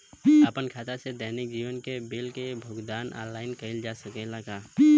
आपन खाता से दैनिक जीवन के बिल के भुगतान आनलाइन कइल जा सकेला का?